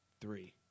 three